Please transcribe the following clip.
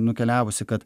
nukeliavusi kad